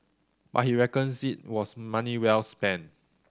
but he reckons it was money well spent